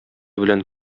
белән